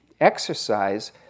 exercise